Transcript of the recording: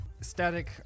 Static